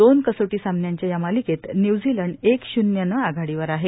दोन कसोटी सामन्यांच्या या मालिकेत न्यूझीलंड एक शून्यनं आघाडीवर आहे